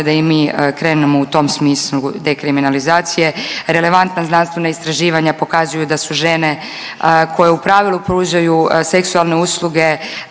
da i mi krenemo u tom smislu dekriminalizacije. Relevantna znanstvena istraživanja pokazuju da su žene koje u pravilu pružaju seksualne usluge